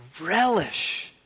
relish